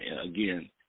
again